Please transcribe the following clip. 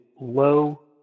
low